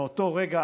מאותו רגע